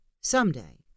someday